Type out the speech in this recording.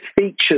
features